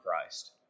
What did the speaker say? Christ